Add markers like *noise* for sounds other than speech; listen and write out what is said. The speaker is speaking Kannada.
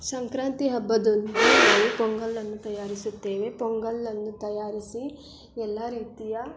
ಸಂಕ್ರಾಂತಿ ಹಬ್ಬದ *unintelligible* ಪೊಂಗಲನ್ನು ತಯಾರಿಸುತ್ತೇವೆ ಪೊಂಗಲನ್ನು ತಯಾರಿಸಿ ಎಲ್ಲ ರೀತಿಯ